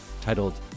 titled